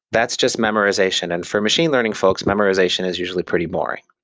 that's just memorization. and for machine learning folks, memorization is usually pretty boring.